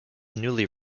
newly